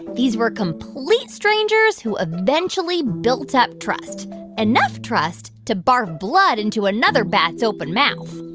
these were complete strangers who eventually built up trust enough trust to barf blood into another bat's open mouth